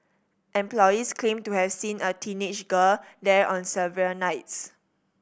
employees claimed to have seen a teenage girl there on several nights